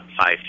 five